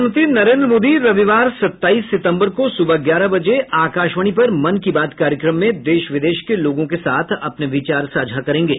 प्रधानमंत्री नरेन्द्र मोदी रविवार सताईस सितम्बर को सुबह ग्यारह बजे आकाशवाणी पर मन की बात कार्यक्रम में देश विदेश के लोगों के साथ अपने विचार साझा करेंगे